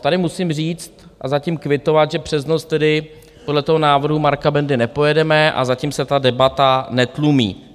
Tady musím říct a zatím kvitovat, že přes noc tedy podle návrhu Marka Bendy nepojedeme a zatím se debata netlumí.